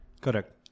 Correct